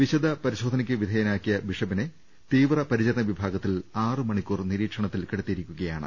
വിശദ പരിശോധനയ്ക്ക് വിധേയനാക്കിയ ബിഷ പ്പിനെ തീവ്ര പരിചരണ വിഭാഗത്തിൽ ആറ് മണിക്കൂർ നിരീ ക്ഷണത്തിൽ കിടത്തിയിരിക്കുകയാണ്